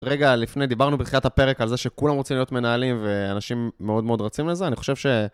רגע, לפני, דיברנו בתחילת הפרק על זה שכולם רוצים להיות מנהלים, ואנשים מאוד מאוד רצים לזה, אני חושב ש...